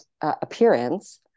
appearance